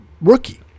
rookie